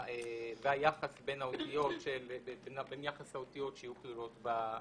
ויחס האותיות שיהיו כלולות באזהרה.